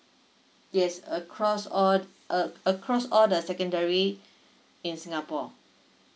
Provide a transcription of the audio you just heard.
yes across all a~ across all the secondary in singapore